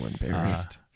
embarrassed